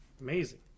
Amazing